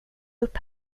upp